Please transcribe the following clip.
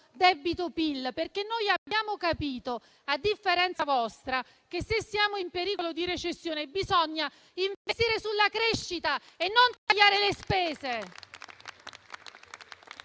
Questo perché abbiamo capito, a differenza vostra, che se siamo in pericolo di recessione bisogna investire sulla crescita e non tagliare le spese.